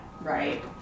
Right